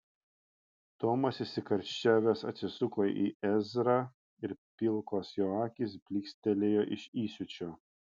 tomas įsikarščiavęs atsisuko į ezrą ir pilkos jo akys blykstelėjo iš įsiūčio